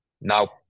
now